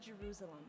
Jerusalem